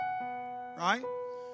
Right